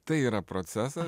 tai yra procesas